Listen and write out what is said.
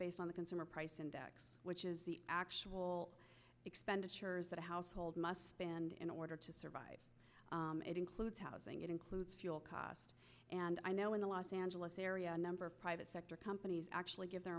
based on the consumer price index which is the actual expenditures that a household must stand in order to survive it includes housing it includes fuel costs and i know in the los angeles area a number of private sector companies actually give their